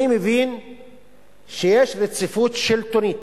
אני מבין שיש רציפות שלטונית,